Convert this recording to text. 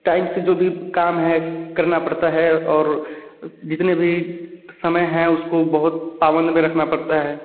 time से जो भी काम है करना पड़ता है और जितने भी समय है उसको बहुत पाबंद में रखना पड़ता है